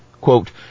Quote